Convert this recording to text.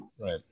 Right